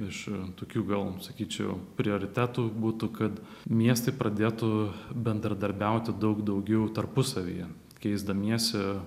iš tokių gal sakyčiau prioritetų būtų kad miestai pradėtų bendradarbiauti daug daugiau tarpusavyje keisdamiesi